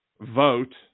vote